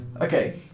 Okay